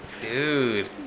dude